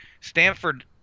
Stanford